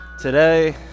Today